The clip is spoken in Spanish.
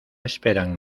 esperan